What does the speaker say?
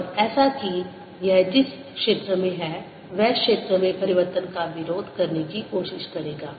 और ऐसा कि यह जिस क्षेत्र में है वह क्षेत्र में परिवर्तन का विरोध करने की कोशिश करेगा